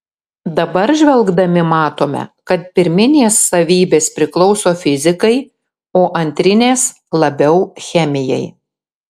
dabar žvelgdami matome kad pirminės savybės priklauso fizikai o antrinės labiau chemijai